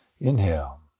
Inhale